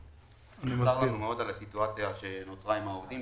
לנו מאוד על הסיטואציה שנוצרה עם העובדים,